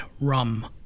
rum